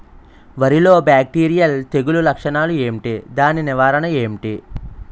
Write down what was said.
వరి లో బ్యాక్టీరియల్ తెగులు లక్షణాలు ఏంటి? దాని నివారణ ఏంటి?